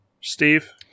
Steve